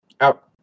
out